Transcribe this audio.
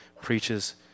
preaches